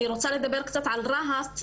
אני רוצה לדבר קצת על רהט,